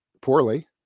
poorly